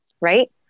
right